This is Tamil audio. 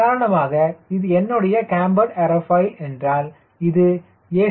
உதாரணமாக இது என்னுடைய கேம்பர்டு ஏர்ஃபாயில் என்றால் இது a